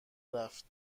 رفت